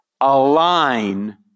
align